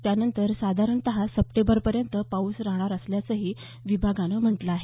त्यानंतर साधारणत सप्टेंबरपर्यंत पाऊस राहणार असल्याचंही विभागानं म्हटलं आहे